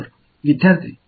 மாணவர் மேற்பரப்பில்